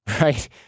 right